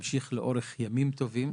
שתמשיך לאורך ימים טובים,